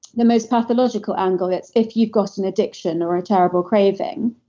the most pathological angle is if you got an addiction or a terrible craving,